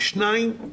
שתיים,